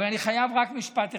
אבל אני חייב רק משפט אחד.